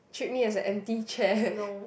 treat me as an empty chair